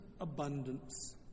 abundance